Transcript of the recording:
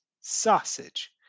sausage